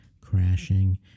crashing